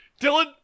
Dylan